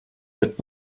wird